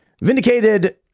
Vindicated